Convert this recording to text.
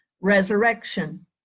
resurrection